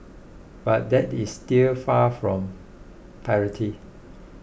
but that is still far from parity